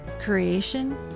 Creation